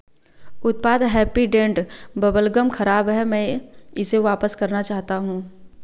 उत्पाद Happydent bubble gum ख़राब है मैं इसे वापस करना चाहता हूँ